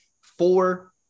four